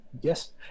Yes